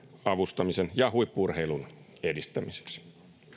avustamisen ja huippu urheilun edistämiseksi